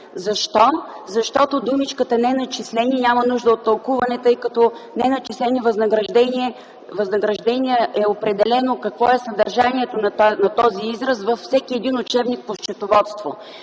Защо? Защото думичката „неначислени” няма нужда от тълкуване, тъй като „неначислени възнаграждения” е определено какво е съдържанието на този израз във всеки един учебник по счетоводство.